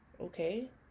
Okay